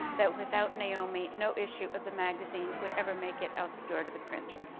that without naomi, no issue of the magazine would ever make it out the door to the printer.